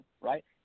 right